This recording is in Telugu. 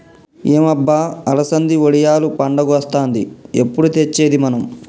ఏం అబ్బ అలసంది వడియాలు పండగొస్తాంది ఎప్పుడు తెచ్చేది మనం